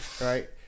Right